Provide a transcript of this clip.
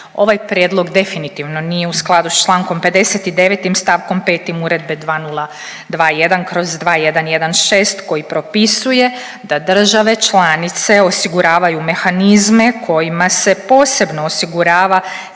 Ovaj prijedlog definitivno nije u skladu sa člankom 59. stavkom 5. Uredbe 20217/2116 koji propisuje da države članice osiguravaju mehanizme kojima se posebno osigurava